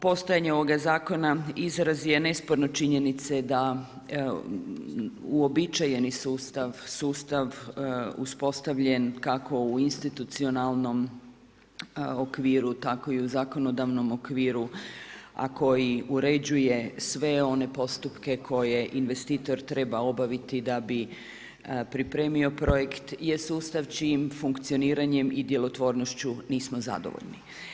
Postojanje ovoga zakona izraz je nesporne činjenice da uobičajeni sustav, sustav uspostavljen kako u institucionalnom okviru, tako i u zakonodavnom okviru a koji uređuje sve one postupke koje investitor treba obaviti da bi pripremio projekt je sustav čijim funkcioniranjem i djelotvornošću nismo zadovoljni.